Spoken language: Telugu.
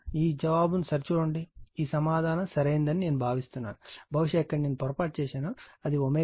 ఈ జవాబును సరిచూడండి ఈ సమాధానం సరైనదని నేను భావిస్తున్నాను బహుశా ఇక్కడ నేను పొరపాటు చేశాను అది ω0 అవుతుంది